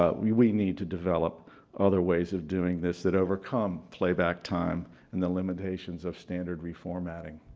ah we we need to develop other ways of doing this that overcome playback time in the limitations of standard reformatting.